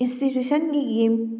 ꯏꯟꯁꯇꯤꯇ꯭ꯌꯨꯁꯟꯒꯤ